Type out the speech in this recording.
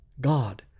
God